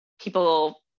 people